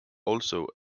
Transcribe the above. also